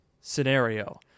scenario